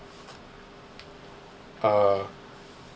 uh